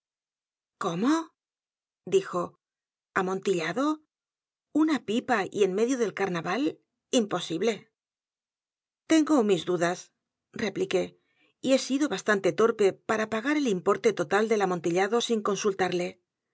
o dijo amontillado una pipa y en medio del carnaval imposible t e n g o mis dudas repliqué y he sido bastante torpe para p a g a r el importe total del amontillado sin consultarle